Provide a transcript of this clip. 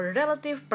Relative